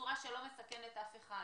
בצורה שלא מסכנת אף אחד.